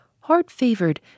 hard-favored